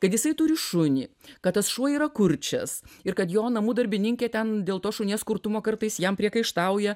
kad jisai turi šunį kad tas šuo yra kurčias ir kad jo namų darbininkė ten dėl to šunies kurtumo kartais jam priekaištauja